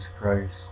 Christ